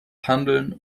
handeln